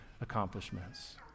accomplishments